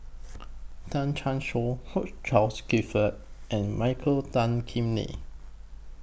Tan Chan Choy Hugh Charles Clifford and Michael Tan Kim Nei